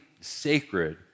sacred